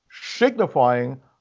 signifying